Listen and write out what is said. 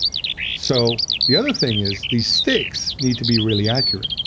so the other thing is these sticks need to be really accurate.